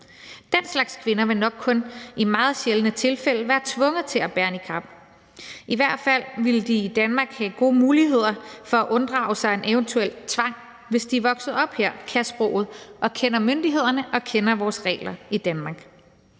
Den slags kvinder vil nok kun i meget sjældne tilfælde være tvunget til at bære niqab. I hvert fald ville de i Danmark have gode muligheder for at unddrage sig en eventuel tvang, hvis de er vokset op her, kan sproget, kender myndighederne og kender vores regler i Danmark.